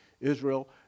Israel